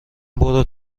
برو